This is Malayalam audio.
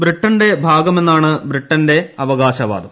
ബ്രിട്ടന്റെ ഭാഗമെന്നാണ് ബ്രിട്ടന്റെ അവകാശവാദം